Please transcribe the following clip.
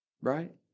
right